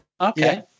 Okay